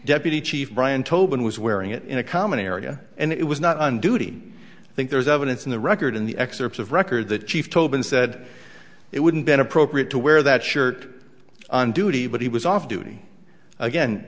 deputy chief brian tobin was wearing it in a common area and it was not on duty i think there's evidence in the record in the excerpts of record that chief tobin said it wouldn't been appropriate to wear that shirt on duty but he was off duty again